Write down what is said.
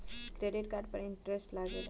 Credit card पर interest लागेला?